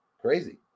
crazy